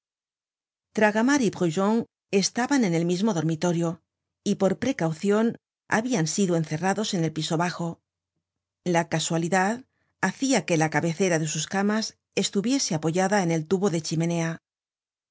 tragamar y brujon estaban en el mismo dormitorio y por precaucion habjan sido encerrados en el piso bajo la casualidad hacia que la cabecera de sus camas estuviese apoyada en el tubo de chimenea